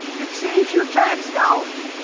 it saves your tax dollars.